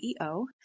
CEO